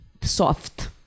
soft